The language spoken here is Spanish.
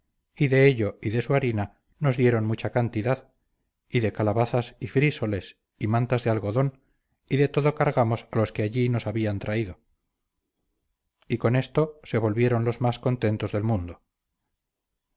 y de ello y de su harina nos dieron mucha cantidad y de calabazas y frísoles y mantas de algodón y de todo cargamos a los que allí nos habían traído y con esto se volvieron los más contentos del mundo